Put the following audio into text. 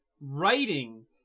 writing